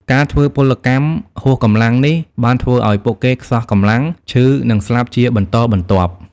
ការធ្វើពលកម្មហួសកម្លាំងនេះបានធ្វើឲ្យពួកគេខ្សោះកម្លាំង ឈឺ និងស្លាប់ជាបន្តបន្ទាប់។